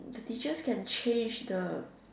the teachers can change the